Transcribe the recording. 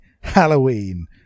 halloween